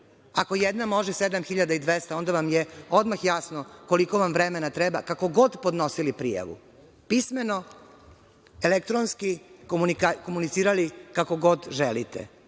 ako jedna može 7.200 onda vam je odmah jasno koliko vam vremena treba, kako god podnosili prijavu, pismeno, elektronski, komunicirali kako god želite? Dakle,